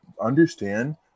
understand